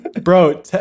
Bro